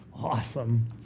Awesome